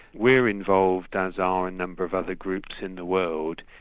we're involved, as are a number of other groups in the world,